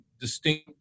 distinct